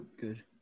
Good